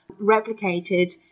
replicated